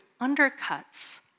undercuts